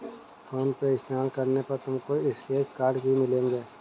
phone पे इस्तेमाल करने पर तुमको स्क्रैच कार्ड्स भी मिलेंगे